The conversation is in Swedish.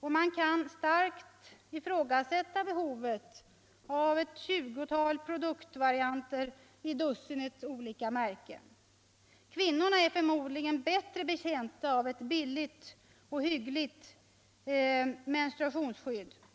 Man kan starkt ifrågasätta behovet av ett tjugotal produktvarianter av dussinet olika märken. Kvinnorna är förmodligen bättre betjänta av ett billigt och hygieniskt mensskydd.